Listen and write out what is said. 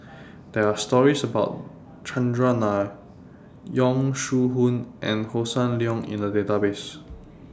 There Are stories about Chandran Nair Yong Shu Hoong and Hossan Leong in The Database